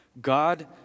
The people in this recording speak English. God